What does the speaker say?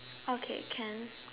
okay can